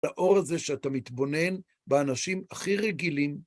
לאור הזה שאתה מתבונן באנשים הכי רגילים.